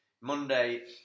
Monday